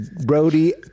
Brody